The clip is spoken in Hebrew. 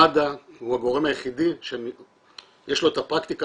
מד"א הוא הגורם היחידי שיש לו את הפרקטיקה